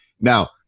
now